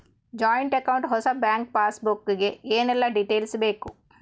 Joint account ಹೊಸ bank passbook ಗೆ ಏನೆಲ್ಲ ಡೀಟೇಲ್ಸ್ ಬೇಕು?